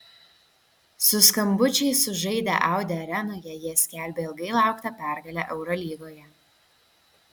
su skambučiais sužaidę audi arenoje jie skelbė ilgai lauktą pergalę eurolygoje